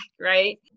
right